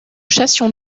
chassions